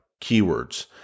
keywords